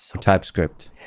TypeScript